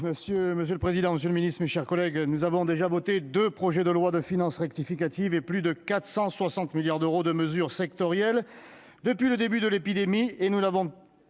Monsieur le président, monsieur le ministre, mes chers collègues, nous avons déjà voté deux projets de loi de finances rectificative et plus de 460 milliards d'euros de mesures sectorielles depuis le début de l'épidémie.